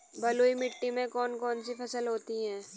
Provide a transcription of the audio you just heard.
बलुई मिट्टी में कौन कौन सी फसल होती हैं?